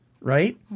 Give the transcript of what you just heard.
Right